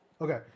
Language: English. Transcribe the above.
Okay